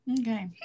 Okay